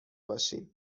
باشیم